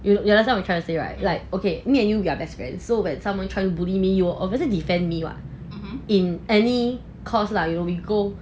you understand what I'm trying to say right like okay me and you we are best friend so when someone trying to bully me you're obviously defend me what in any cost lah you will we go